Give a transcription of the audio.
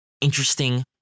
interesting